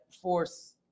force